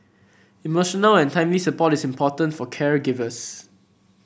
emotional and timely support is important for caregivers